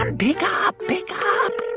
on. pick ah up. pick ah up